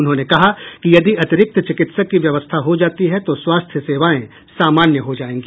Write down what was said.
उन्होंने कहा कि यदि अतिरिक्त चिकित्सक की व्यवस्था हो जाती है तो स्वास्थ्य सेवाएं सामान्य हो जाएगी